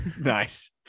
Nice